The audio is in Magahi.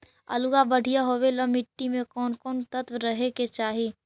आलु बढ़िया होबे ल मट्टी में कोन तत्त्व रहे के चाही?